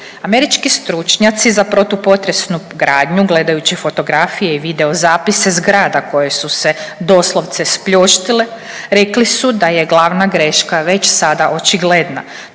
Američki stručnjaci za protupotresnu gradnju gledajući fotografije i videozapise zgrada koje su se doslovce spljoštile rekli su da je glavna greška već sada očigledna.